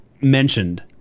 mentioned